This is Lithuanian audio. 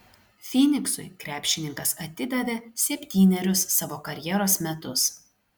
fyniksui krepšininkas atidavė septynerius savo karjeros metus